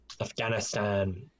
Afghanistan